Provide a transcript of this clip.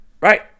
Right